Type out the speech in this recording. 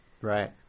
Right